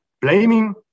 Blaming